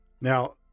Now